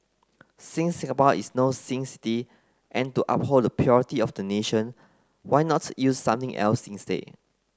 since Singapore is no sin city and to uphold the purity of the nation why not use something else instead